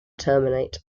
terminate